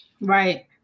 right